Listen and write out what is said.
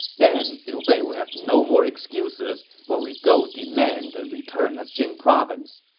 then liu bei will have no more excuses when we go demand the return of jing province.